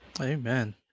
Amen